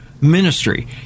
Ministry